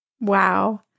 Wow